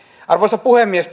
arvoisa puhemies